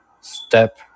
step